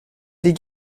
des